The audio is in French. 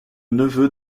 neveu